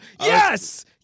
Yes